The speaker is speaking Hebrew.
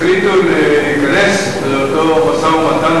החליטו להיכנס לאותו משא-ומתן,